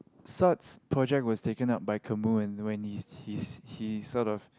Saat's project was taken up by Kamu and when he's he's he's sort of